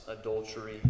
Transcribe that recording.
adultery